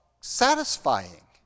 satisfying